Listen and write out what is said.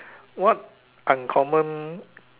what uncommon